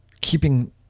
keeping